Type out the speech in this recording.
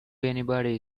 anybody